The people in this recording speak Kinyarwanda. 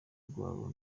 rwabo